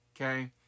Okay